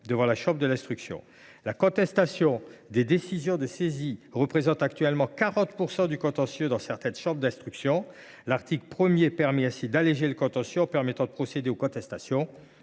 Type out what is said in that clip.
devant la chambre de l’instruction. La contestation des décisions de saisie représente actuellement 40 % du contentieux dans certaines chambres d’instruction. L’article 1 allège le contentieux en permettant de procéder aux contestations